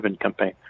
campaign